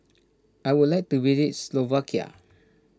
I would like to visit Slovakia